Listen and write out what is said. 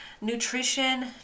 nutrition